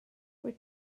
wyt